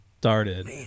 started